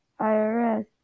IRS